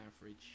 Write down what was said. average